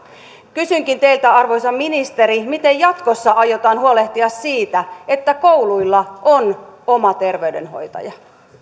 kysynkin teiltä arvoisa ministeri miten jatkossa aiotaan huolehtia siitä että kouluilla on oma terveydenhoitaja arvoisa